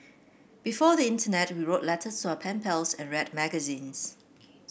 before the internet we wrote letters to our pen pals and read magazines